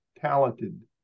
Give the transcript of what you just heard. talented